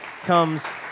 comes